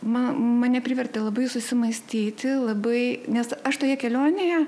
man mane privertė labai susimąstyti labai nes aš toje kelionėje